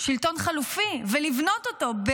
והיא ממשיכה: "ילדה אהובה שלי, זאת אימא פה.